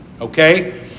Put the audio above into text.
okay